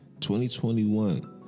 2021